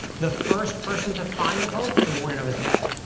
the first person to find the pope the morning of his death.